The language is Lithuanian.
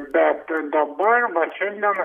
bet dabar vat šiandien